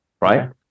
Right